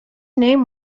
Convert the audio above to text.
name